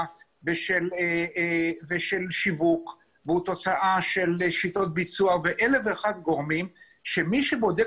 ושל שיווק והוא תוצאה של שיטות ביצוע ואלף ואחד גורמים שמי שבודק